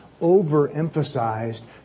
overemphasized